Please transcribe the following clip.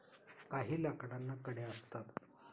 काही लाकडांना कड्या असतात